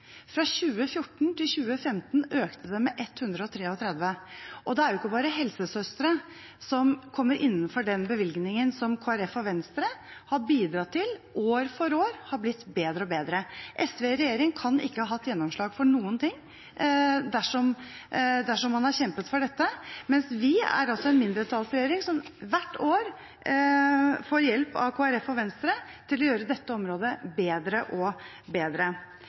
Fra 2014 til 2015 økte det med 133. Det er ikke bare helsesøstre som kommer innenfor den bevilgningen som Kristelig Folkeparti og Venstre har bidratt til at år for år har blitt bedre og bedre. SV i regjering kan ikke ha hatt gjennomslag for noen ting dersom man har kjempet for dette, mens vi er en mindretallsregjering som hvert år får hjelp av Kristelig Folkeparti og Venstre til å gjøre dette området bedre og bedre.